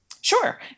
Sure